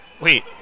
Wait